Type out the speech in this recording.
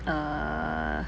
uh